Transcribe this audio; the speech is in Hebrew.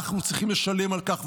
אנחנו צריכים לשלם על כך,